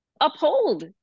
uphold